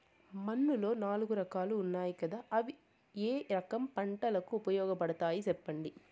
మన్నులో నాలుగు రకాలు ఉన్నాయి కదా అవి ఏ రకం పంటలకు ఉపయోగపడతాయి చెప్పండి?